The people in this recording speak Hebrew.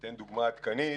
ניתן דוגמה עדכנית